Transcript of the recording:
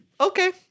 Okay